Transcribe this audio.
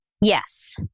Yes